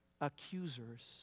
accusers